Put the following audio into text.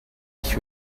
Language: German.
ich